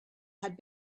had